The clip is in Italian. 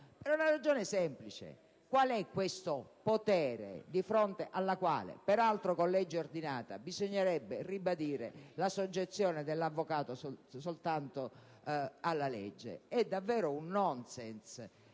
La ragione è semplice: qual è questo potere di fronte al quale, peraltro con legge ordinaria, bisognerebbe ribadire la soggezione dell'avvocato soltanto alla legge? È davvero un *nonsense*